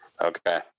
Okay